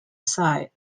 site